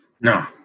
no